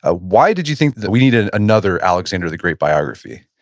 ah why did you think that we needed another alexander the great biography?